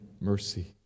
mercy